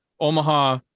Omaha